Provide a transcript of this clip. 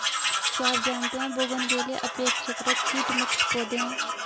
क्या आप जानते है बोगनवेलिया अपेक्षाकृत कीट मुक्त पौधे हैं?